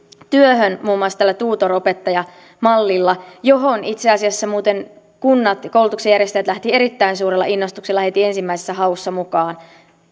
työhön muun muassa tällä tutoropettajamallilla johon itse asiassa muuten kunnat koulutuksen järjestäjät lähtivät erittäin suurella innostuksella heti ensimmäisessä haussa mukaan